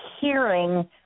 hearing